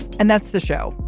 and that's the show.